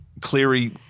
Cleary